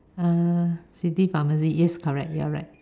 city pharmacy yes correct you're right